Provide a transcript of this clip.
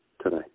today